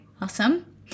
Awesome